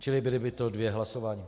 Čili byla by to dvě hlasování.